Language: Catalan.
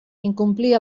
incomplir